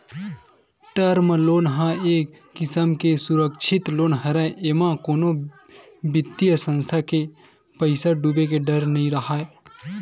term loan ह एक किसम के सुरक्छित लोन हरय एमा कोनो बित्तीय संस्था के पइसा डूबे के डर नइ राहय